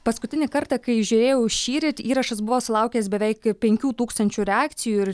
paskutinį kartą kai žiūrėjau šįryt įrašas buvo sulaukęs beveik penkių tūkstančių reakcijų ir